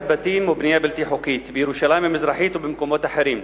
בתים שנבנו בבנייה בלתי חוקית בירושלים המזרחית ובמקומות אחרים.